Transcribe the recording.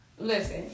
Listen